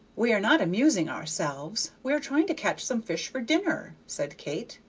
we are not amusing ourselves we are trying to catch some fish for dinner, said kate.